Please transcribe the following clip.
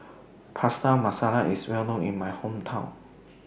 Pasta Masala IS Well known in My Hometown